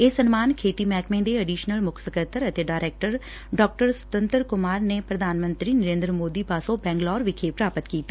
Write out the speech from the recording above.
ਇਹ ਸਨਮਾਨ ਖੇਤੀ ਮਹਿਕਮੇ ਦੇ ਅਡੀਸ਼ਨਲ ਮੁੱਖ ਸਕੱਤਰ ਅਤੇ ਡਾਇਰੈਕਟਰ ਡਾ ਸੁਤੰਤਰ ਕੁਮਾਰ ਨੇ ਪ੍ਰਧਾਨ ਮੰਤਰੀ ਨਰਿੰਦਰ ਮੋਦੀ ਪਾਸੋਂ ਬੈਂਗਲੌਰ ਕਰਨਾਟਕ ਵਿਖੇ ਪ੍ਰਾਪਤ ਕੀਤਾ